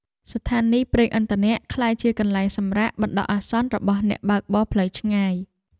ស្ថានីយប្រេងឥន្ធនៈក្លាយជាកន្លែងសម្រាកបណ្ដោះអាសន្នរបស់អ្នកបើកបរផ្លូវឆ្ងាយ។